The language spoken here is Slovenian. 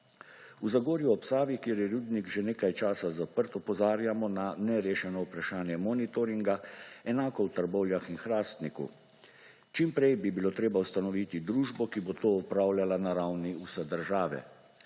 V Zagorju ob Savi, kjer je rudnik že nekaj časa zaprt, opozarjamo na nerešeno vprašanje monitoringa, enako v Trbovljah in Hrastniku. Čim prej bi bilo treba ustanoviti družbo, ki bo to opravljala na ravni vse države,